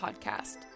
podcast